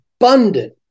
abundant